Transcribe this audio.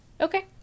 Okay